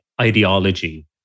ideology